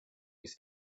his